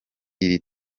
iri